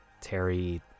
Terry